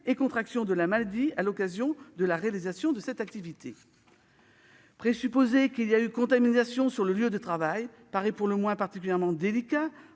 et contraction de la maladie à l'occasion de la réalisation de cette activité. Présupposer qu'il y a eu contamination sur le lieu de travail paraît pour le moins particulièrement délicat